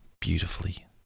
beautifully